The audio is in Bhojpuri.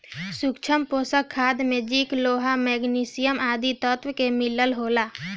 सूक्ष्म पोषक खाद में जिंक, लोहा, मैग्निशियम आदि तत्व के मिलल होला